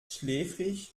schläfrig